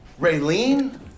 Raylene